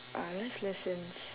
uh life lessons